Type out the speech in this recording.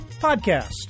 podcast